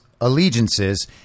allegiances